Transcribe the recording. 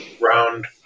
round